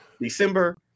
December